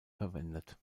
verwendet